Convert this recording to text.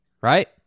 right